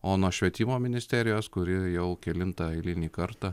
o nuo švietimo ministerijos kuri jau kelinta eilinį kartą